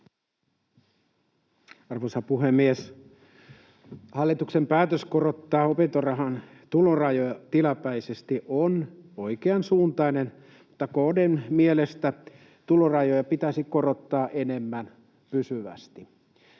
Arvoisa puhemies! Hallituksen päätös korottaa opintorahan tulorajoja tilapäisesti on oikeansuuntainen, mutta KD:n mielestä tulorajoja pitäisi korottaa enemmän ja pysyvästi.